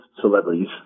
celebrities